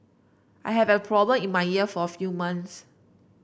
I have a problem in my ear for a few months